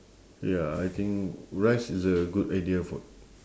ya I think rice is a good idea food